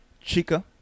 Chica